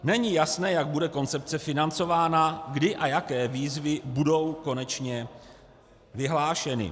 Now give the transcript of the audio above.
Není jasné, jak bude koncepce financována, kdy a jaké výzvy budou konečně vyhlášeny.